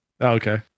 Okay